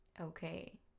Okay